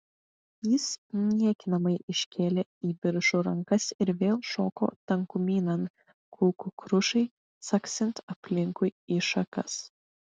jis niekinamai iškėlė į viršų rankas ir vėl šoko tankumynan kulkų krušai caksint aplinkui į šakas